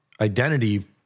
identity